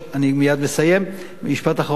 אני מייד מסיים, משפט אחרון.